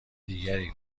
دیگری